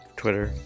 twitter